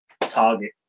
target